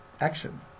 action